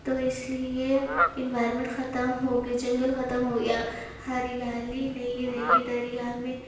تو اس لیے یہ انوائرمنٹ ختم ہو گیے جنگل ختم ہو گیا ہریالی نہیں رہی دریا میں